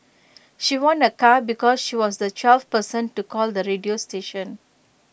she won A car because she was the twelfth person to call the radio station